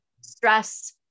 stress